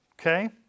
Okay